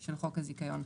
של חוק הזיכיון.